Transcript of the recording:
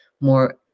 more